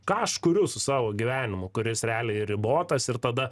ką aš kuriu su savo gyvenimu kuris realiai ribotas ir tada